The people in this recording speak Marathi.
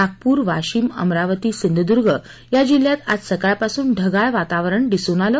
नागपूर वाशिम अमरावती सिंधुदूर्ग जिल्ह्यात आज सकाळपासून ढगाह वातावरण दिसून आलं